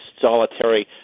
solitary